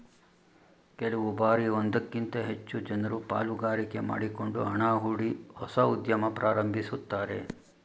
ಕೆಲವು ಬಾರಿ ಒಂದಕ್ಕಿಂತ ಹೆಚ್ಚು ಜನರು ಪಾಲುಗಾರಿಕೆ ಮಾಡಿಕೊಂಡು ಹಣ ಹೂಡಿ ಹೊಸ ಉದ್ಯಮ ಪ್ರಾರಂಭಿಸುತ್ತಾರೆ